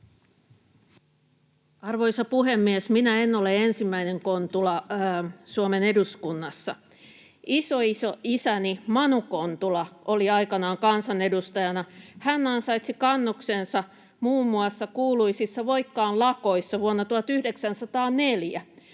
Arvoisa puhemies! Minä en ole ensimmäinen Kontula Suomen eduskunnassa. Isoisoisäni Manu Kontula oli aikanaan kansanedustajana. Hän ansaitsi kannuksensa muun muassa kuuluisissa Voikkaan lakoissa vuonna 1904.